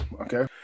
Okay